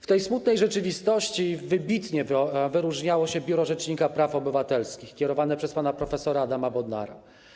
W tej smutnej rzeczywistości wybitnie wyróżniało się Biuro Rzecznika Praw Obywatelskich kierowane przez pana prof. Adama Bodnara.